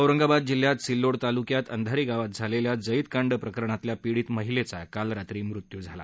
औरंगाबाद जिल्ह्यात सिल्लोड तालुक्यात अंधारी गावात झालेल्या जळीतकांड प्रकरणातल्या पीडित महिलेचा काल रात्री मृत्यू झाला